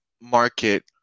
market